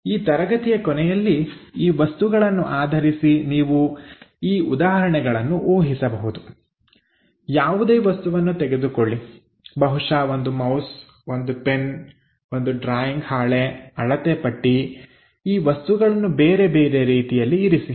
ಈ ತರಗತಿಯ ಕೊನೆಯಲ್ಲಿ ಈ ವಸ್ತುಗಳನ್ನು ಆಧರಿಸಿ ನೀವು ಈ ಉದಾಹರಣೆಗಳನ್ನು ಉಹಿಸಬಹುದು ಯಾವುದೇ ವಸ್ತುವನ್ನು ತೆಗೆದುಕೊಳ್ಳಿ ಬಹುಶಃ ಒಂದು ಮೌಸ್ ಒಂದು ಪೆನ್ ಒಂದು ಡ್ರಾಯಿಂಗ್ ಹಾಳೆ ಅಳತೆಪಟ್ಟಿ ಈ ವಸ್ತುಗಳನ್ನು ಬೇರೆಬೇರೆ ರೀತಿಯಲ್ಲಿ ಇರಿಸಿ